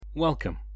Welcome